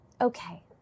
Okay